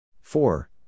four